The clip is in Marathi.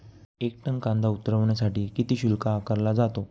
एक टन कांदा उतरवण्यासाठी किती शुल्क आकारला जातो?